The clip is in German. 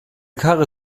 karre